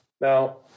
Now